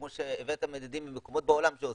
כמו שהבאת מדדים ממקומות בעולם שעושים.